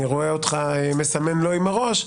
אני רואה אותך מסמך "לא" עם הראש,